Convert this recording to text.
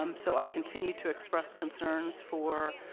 um so i continue to express concerns for